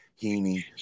Heaney